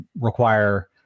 require